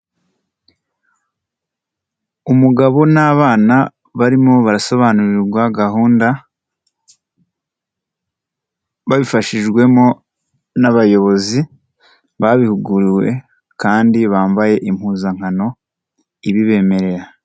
Umugabo n'abana barimo barasobanurirwa gahunda babifashijwemo n'abayobozi babihuguriwe kandi bambaye impuzankano ibibemerera.